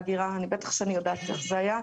בטח שאני יודעת איך זה היה.